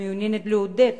המעוניינת לעודד